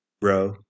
bro